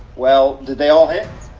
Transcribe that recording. well. did they all hit?